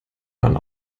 waren